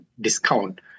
discount